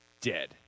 dead